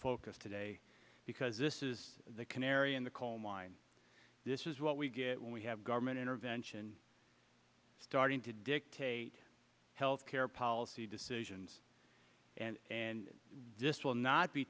focus today because this is the canary in the coal mine this is what we get when we have government intervention starting to dictate health care policy decisions and and this will not be